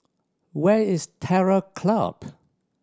where is Terror Club